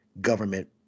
government